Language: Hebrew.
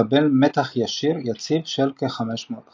מתקבל מתח ישר יציב - כ-15V.